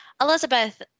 elizabeth